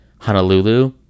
Honolulu